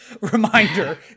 reminder